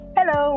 Hello